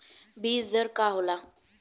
बीज दर का होला?